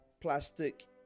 plastic